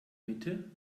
mitte